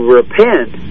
repent